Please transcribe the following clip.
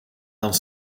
dan